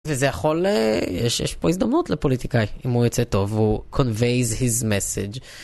וזה יכול, יש פה הזדמנות לפוליטיקאי, אם הוא יוצא טוב, הוא conveys his message.